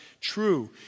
true